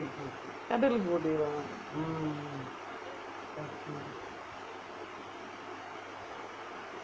கடலுக்கு ஓடிரும்:kadalukku odirum